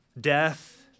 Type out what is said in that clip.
death